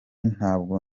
ntabwo